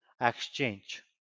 exchange